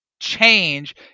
change